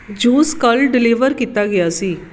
juice ਕੱਲ੍ਹ deliver ਕੀਤਾ ਗਿਆ ਸੀ